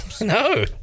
No